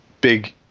big